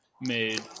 made